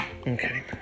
Okay